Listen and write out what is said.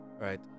right